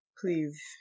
please